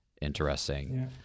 interesting